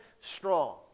strong